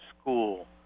school